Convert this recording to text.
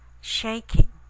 shaking